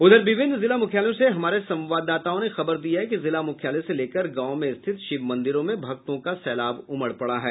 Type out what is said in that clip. उधर विभिन्न जिला मुख्यालयों से हमारे संवाददाताओं ने खबर दी है कि जिला मुख्यालय से लेकर गांव में स्थित शिव मंदिरों में भक्तों का सैलाब उमड़ पड़ा है